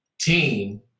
team